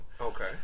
Okay